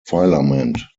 filament